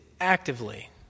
actively